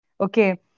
Okay